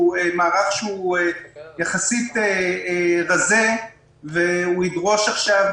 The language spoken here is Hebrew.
הוא מערך רזה יחסית והוא ידרוש עכשיו